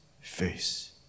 face